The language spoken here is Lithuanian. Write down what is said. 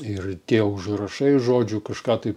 ir tie užrašai žodžiu kažką tai